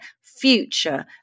future